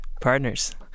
partners